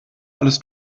alles